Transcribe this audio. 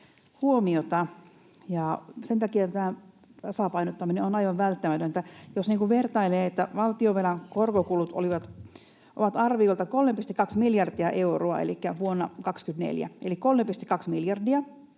huomiota. Sen takia tämä tasapainottaminen on aivan välttämätöntä. Jos vertailee, että valtionvelan korkokulut ovat arviolta 3,2 miljardia euroa vuonna 24, eli 3,2 miljardia